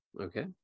Okay